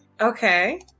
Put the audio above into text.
Okay